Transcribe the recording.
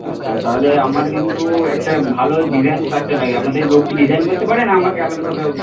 আচ্ছা তাহলে আমার কিন্তু একটা ভালো ডিজাইন স্ট্রাকচার লাগে আপনাদের লোক কি ডিজাইন করতে পারে না আমাকে আলাদাভাবে